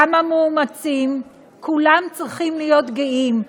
גם המאומצים, כולם צריכים להיות גאים.